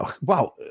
Wow